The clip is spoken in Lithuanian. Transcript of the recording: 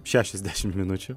šešiasdešimt minučių